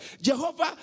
Jehovah